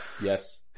yes